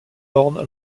orne